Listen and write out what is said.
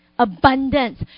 Abundance